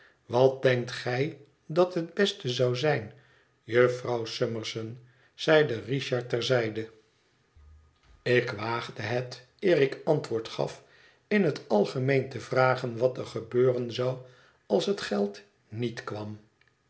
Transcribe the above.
wat denkt gij dat het beste zou zijn jufvrouw summerson zeide richard ter zijde ik waagde het eer ik antwoord gaf in het algemeen te vragen wat er gebeuren zou als het geld niet kwam